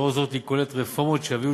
ולאור זאת היא כוללת רפורמות שיביאו